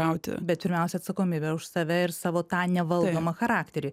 gauti bet pirmiausia atsakomybę už save ir savo tą nevaldomą charakterį